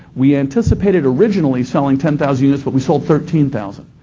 we anticipated originally selling ten thousand units, but we sold thirteen thousand.